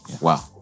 Wow